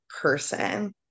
person